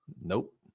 Nope